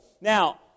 Now